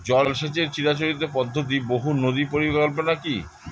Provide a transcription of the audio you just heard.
জল সেচের চিরাচরিত পদ্ধতি বহু নদী পরিকল্পনা কি?